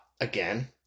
again